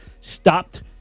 Stopped